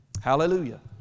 Hallelujah